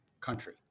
country